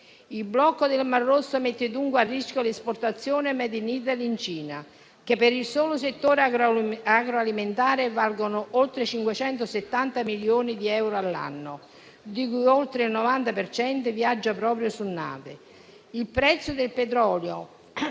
Il blocco del Mar Rosso mette dunque a rischio l'esportazione del *made in Italy* in Cina, che per il solo settore agroalimentare vale oltre 570 milioni di euro l'anno, di cui oltre il 90 per cento viaggia proprio su nave. Il prezzo del petrolio